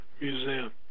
museum